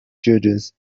judges